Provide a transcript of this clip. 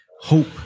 hope